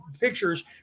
pictures